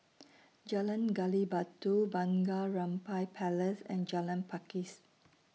Jalan Gali Batu Bunga Rampai Place and Jalan Pakis